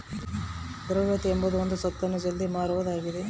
ದ್ರವ್ಯತೆ ಎಂಬುದು ಒಂದು ಸ್ವತ್ತನ್ನು ಜಲ್ದಿ ಮಾರುವುದು ಆಗಿದ